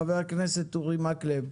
חבר הכנסת אורי מקלב.